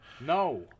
No